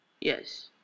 Yes